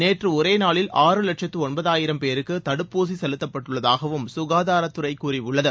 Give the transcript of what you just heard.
நேற்று ஒரே நாளில் ஆறு லட்சத்து ஒன்பதாயிரம் பேருக்கு தடுப்பூசி செலுத்தப்பட்டுள்ளதாகவும் சுகாதாரத்துறை கூறியுள்ளது